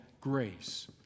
grace